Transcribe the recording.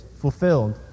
fulfilled